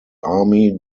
army